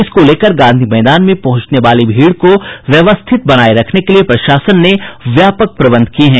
इसको लेकर गांधी मैदान में पहुंचने वाली भीड़ को व्यवस्थित बनाये रखने के लिए प्रशासन ने व्यापक प्रबंध किये हैं